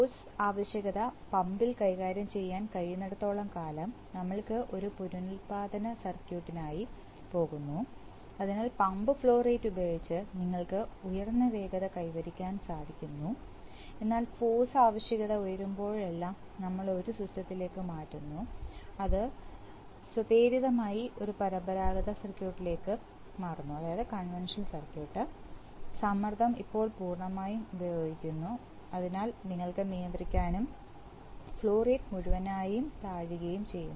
force ആവശ്യകത പമ്പിൽ കൈകാര്യം ചെയ്യാൻ കഴിയുന്നിടത്തോളം കാലം നമ്മൾക്ക് ഒരു പുനരുൽപ്പാദന സർക്യൂട്ടിനായി പോകുന്നു അതിനാൽ പമ്പ് ഫ്ലോ റേറ്റ് ഉപയോഗിച്ച് നിങ്ങൾക്ക് ഉയർന്ന വേഗത കൈവരിക്കാൻ സാധിക്കുന്നു എന്നാൽ ഫോഴ്സ് ആവശ്യകത ഉയരുമ്പോഴെല്ലാം നമ്മൾ ഒരു സിസ്റ്റത്തിലേക്ക് മാറുന്നു അത് സ്വപ്രേരിതമായി ഒരു പരമ്പരാഗത സർക്യൂട്ടിലേക്ക് മാറുന്നു സമ്മർദ്ദം ഇപ്പോൾ പൂർണ്ണമായും പ്രയോഗിക്കുന്നു അതിനാൽ നിങ്ങൾക്ക് നിയന്ത്രിക്കാനും ഫ്ലോ റേറ്റ് മുഴുവനായും താഴുകയും ചെയ്യുന്നു